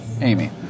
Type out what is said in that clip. Amy